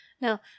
Now